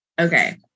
Okay